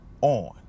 on